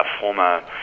former